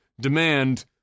demand